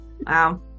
wow